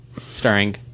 Starring